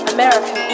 America